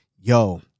yo